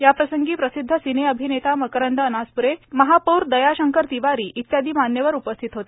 याप्रसंगी प्रसिद्ध सिने अभिनेता मकरंद अनासप्रे महापौर दयाशंकर तिवारी इत्यादि मान्यवर उपस्थित होते